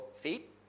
feet